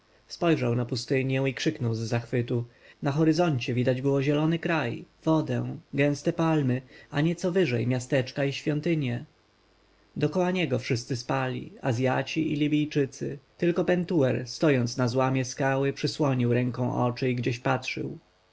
spojrzał na pustynię i krzyknął z zachwytu na horyzoncie widać było zielony kraj wodę gęste palmy a nieco wyżej miasteczka i świątynie dokoła niego wszyscy spali azjaci i libijczycy tylko pentuer stojąc na złomie skały przysłonił ręką oczy i gdzieś patrzył